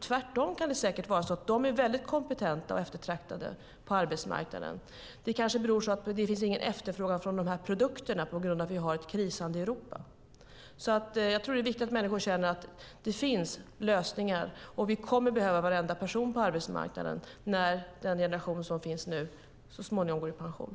Tvärtom kan det säkert vara så att de är väldigt kompetenta och eftertraktade på arbetsmarknaden. Nedläggningen kanske i stället beror på att det inte finns någon efterfrågan på dessa produkter på grund av att vi har ett krisande Europa. Jag tror att det är viktigt att människor känner att det finns lösningar. Vi kommer att behöva varenda person på arbetsmarknaden när den generation som arbetar nu så småningom går i pension.